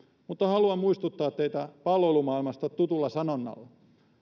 mutta haluan muistuttaa teitä palloilumaailmasta tutulla sanonnalla